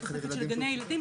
בתוספת של גני ילדים.